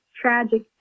tragic